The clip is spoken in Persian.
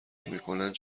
نمیکنند